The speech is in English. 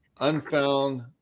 Unfound